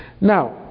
Now